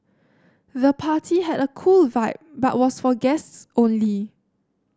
the party had a cool vibe but was for guests only